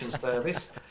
Service